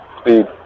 speed